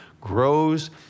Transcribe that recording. grows